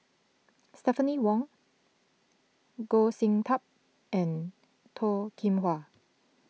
Stephanie Wong Goh Sin Tub and Toh Kim Hwa